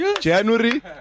January